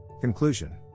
Conclusion